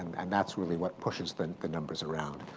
and that's really what pushes the the numbers around.